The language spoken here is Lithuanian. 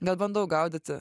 bet bandau gaudyti